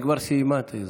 היא כבר סיימה את זמנה.